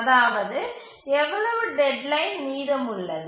அதாவது எவ்வளவு டெட்லைன் மீதமுள்ளது